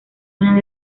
una